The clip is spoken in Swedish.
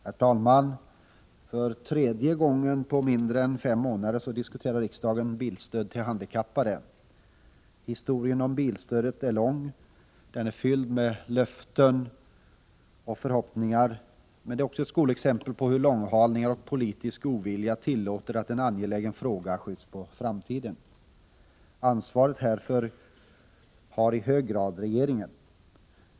Herr talman! För tredje gången på mindre än fem månader diskuterar riksdagen bilstöd till handikappade. Historien om bilstödet är lång och fylld med löften och förhoppningar. Men den ger också ett skolexempel på hur långhalningar och politisk ovilja tillåter att en angelägen fråga skjuts på framtiden. Ansvaret härför har i hög grad regeringen.